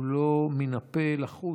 הוא לא מן הפה לחוץ,